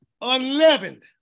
Unleavened